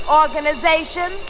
organization